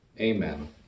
Amen